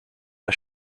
der